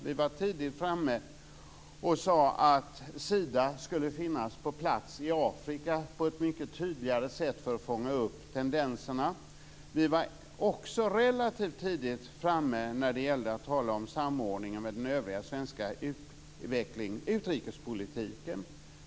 Vi var tidigt framme och sade att Sida skulle finnas på plats i Afrika på ett mycket tydligare sätt för att fånga upp tendenserna. Vi var också relativt tidigt framme när det gällde att tala om samordning med den övriga svenska utrikespolitiken.